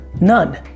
none